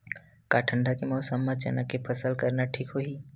का ठंडा के मौसम म चना के फसल करना ठीक होही?